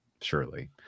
surely